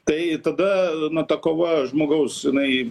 tai tada nuo ta kova žmogaus jinai